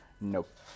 Nope